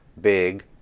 big